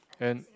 and